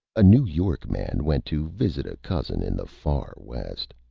a new york man went to visit a cousin in the far west.